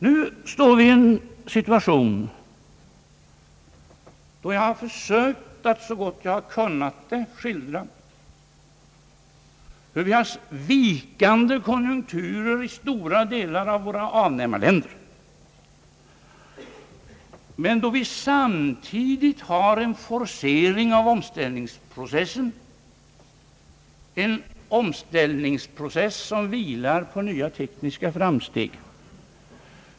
Nu står vi i en situation, då jag har försökt skildra, så gott jag kunnat, hur konjunkturerna har vikit i många av våra avnämarländer. Samtidigt sker en forcering av den omställningsprocess som bygger på nya tekniska framsteg.